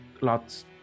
lots